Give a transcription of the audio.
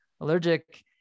allergic